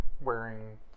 wearing